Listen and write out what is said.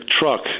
truck